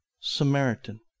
Samaritan